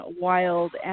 wild